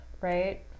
right